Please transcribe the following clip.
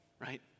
Right